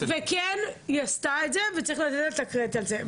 וכן היא עשתה את זה וצריך לתת לה את הקרדיט על זה.